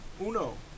Uno